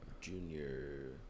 junior